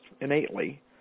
innately